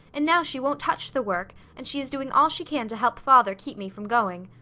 and now she won't touch the work, and she is doing all she can to help father keep me from going.